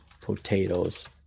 potatoes